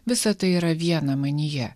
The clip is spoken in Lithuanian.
visa tai yra viena manyje